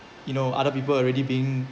you know other people already being